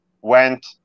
Went